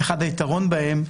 אחד היתרונות בהם,